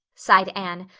sighed anne,